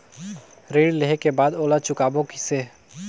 ऋण लेहें के बाद ओला चुकाबो किसे?